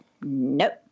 nope